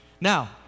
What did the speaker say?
Now